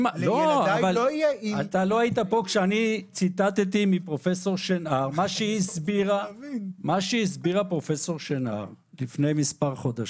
אתה לא היית פה כשציטטתי פה מה הסבירה פרופ' שנער לפני כמה חודשים.